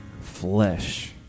flesh